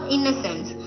Innocence